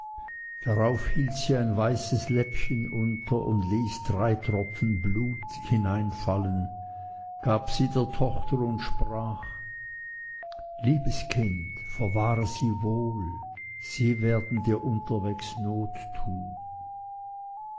darauf hielt sie ein weißes läppchen unter und ließ drei tropfen blut hineinfallen gab sie der tochter und sprach liebes kind verwahre sie wohl sie werden dir unterwegs not tun